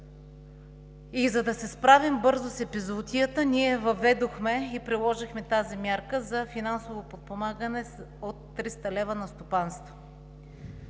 и за да се справим бързо с епизоотията, ние въведохме и приложихме мярката за финансово подпомагане от 300 лв. на стопанство.